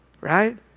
Right